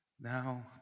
now